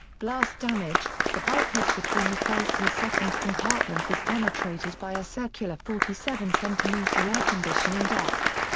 blast damage the bulkhead between the first and second compartment was penetrated by a circular forty seven centimetre air conditioning duct.